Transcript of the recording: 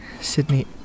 Sydney